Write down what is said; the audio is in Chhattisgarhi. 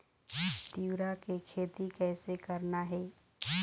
तिऊरा के खेती कइसे करना हे?